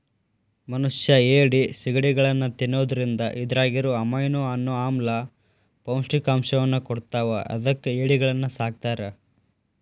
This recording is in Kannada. ಮನಷ್ಯಾ ಏಡಿ, ಸಿಗಡಿಗಳನ್ನ ತಿನ್ನೋದ್ರಿಂದ ಇದ್ರಾಗಿರೋ ಅಮೈನೋ ಅನ್ನೋ ಆಮ್ಲ ಪೌಷ್ಟಿಕಾಂಶವನ್ನ ಕೊಡ್ತಾವ ಅದಕ್ಕ ಏಡಿಗಳನ್ನ ಸಾಕ್ತಾರ